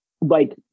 like-